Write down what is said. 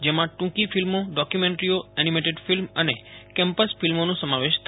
જેમાં ટૂંકી ફિલ્મો ડોક્વ્મેન્ટરીઓ એનિમેટેડ ફિલ્મ અને કેમ્પસ ફિલ્મોનું સમાવેશ થાય છે